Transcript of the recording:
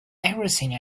everything